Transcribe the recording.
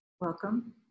Welcome